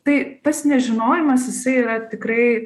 tai pats nežinojimas jisai yra tikrai